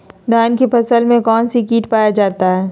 धान की फसल में कौन सी किट पाया जाता है?